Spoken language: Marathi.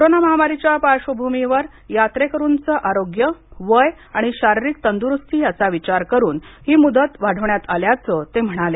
कोरोना महामारीच्या पार्श्वभूमीवर यात्रेकरूंच आरोग्य वय आणि शारीरिक तंदुरुस्ती याचा विचार करून ही मुदत वाढवण्यात आल्याच ते म्हणाले